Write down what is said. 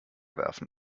werfen